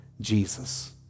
Jesus